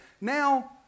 now